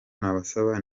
nabasaba